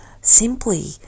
simply